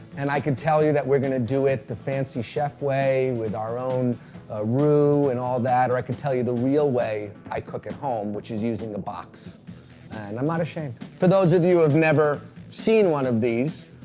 and i can tell you that we're gonna do it the fancy chef way with our own roux and all that, or i can tell you the real way i cook at home, which is using a box. and i'm not ashamed. for those of you who have never seen one of these,